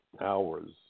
hours